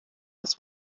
das